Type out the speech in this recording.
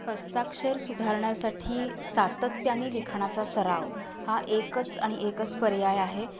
हस्ताक्षर सुधारण्यासाठी सातत्याने लिखाणाचा सराव हा एकच आणि एकच पर्याय आहे